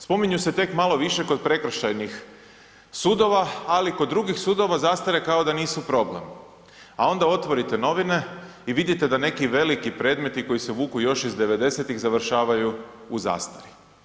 Spominju se tek malo više kod prekršajnih sudova, ali kod drugih sudova zastare kao da nisu problem, a onda otvorite novine i vidite da neki veliki predmeti koji se vuku još ih 90-tih završavaju u zastari.